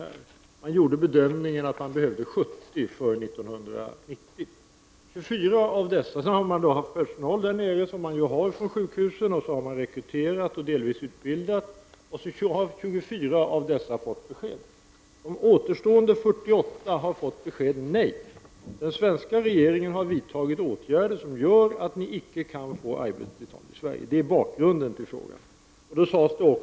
Bedömningen gjordes att det behövdes ca 70 för 1990. Sjukhuset har alltså använt sig av sommarpersonal som man själv har rekryterat och utbildat. I år har 24 fått besked om att få arbeta. 48 har fått ett negativt besked. Den svenska regeringen har vidtagit åtgärder som gör att dessa icke kan få arbetstillstånd i Sverige.